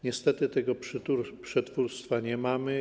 Niestety tego przetwórstwa nie mamy.